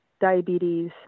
diabetes